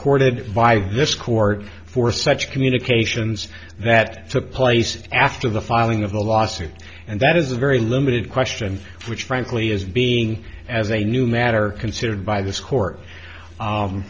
courted by this court for such communications that took place after the filing of the lawsuit and that is a very limited question which frankly is being as a new matter considered by this court